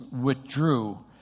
withdrew